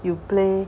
you play